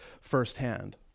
firsthand